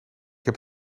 heb